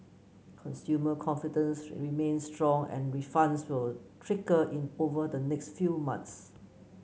consumer confidence remains strong and refunds will trickle in over the next few months